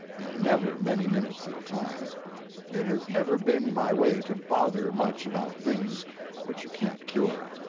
and never many minutes at a time it has never been my way to bother much about things which you can't cure.